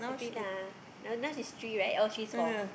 three lah now now she's three right oh she's four